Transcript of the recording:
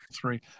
three